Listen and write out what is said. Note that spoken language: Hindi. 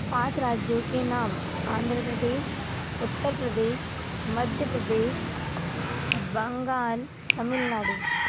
पाँच राज्यों के नाम आंध्र प्रदेश उत्तर प्रदेश मध्य प्रदेश बंगाल तमिल नाडु